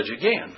again